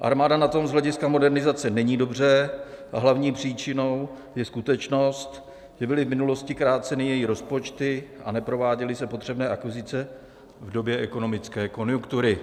Armáda na tom z hlediska modernizace není dobře a hlavní příčinou je skutečnost, že byly v minulosti kráceny její rozpočty a neprováděly se potřebné akvizice v době ekonomické konjunktury.